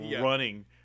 running